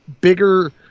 bigger